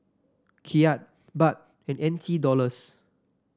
Kyat Baht and N T Dollars